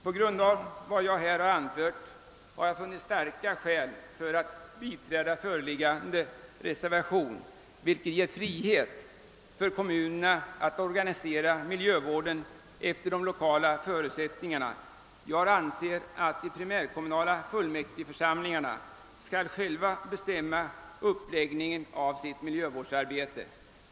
På grundval av vad jag har anfört har jag funnit starka skäl för att biträda föreliggande reservation, vilket ger frihet för kommunerna att organisera miljövården efter lokala förutsättningar. Jag anser att de primärkommunala fullmäktigeförsamlingarna själva skall bestämma uppläggningen av sitt miljövårdsarbete.